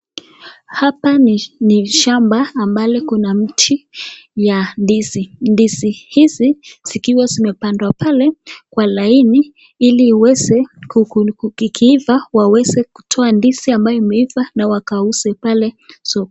Hapa ni shamba ambalo kuna mti na ndizi. Ndizi hizi zikiwa zimepandwa pale kwa laini hili ziweze zikiiva waweze kutoa ndizi ambao imeiva na wakauze pale sokoni.